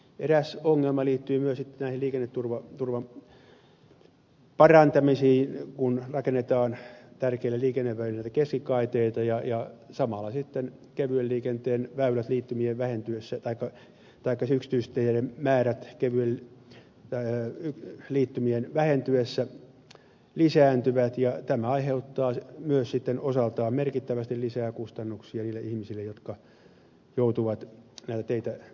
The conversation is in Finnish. eräs ongelma liittyy myös näihin liikenneturvan parantamisiin kun rakennetaan tärkeille liikenneväylille keskikaiteita ja samalla sitten kevyen liikenteen väylä liittymien vähentymisen taito takasi ykspisteiden määrää väylien lisääntyessä yksityisteiden liittymät vähenevät ja tämä aiheuttaa myös sitten osaltaan merkittävästi lisää kustannuksia niille ihmisille jotka joutuvat näitä teitä käyttämään